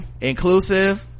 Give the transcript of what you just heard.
Inclusive